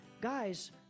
Guys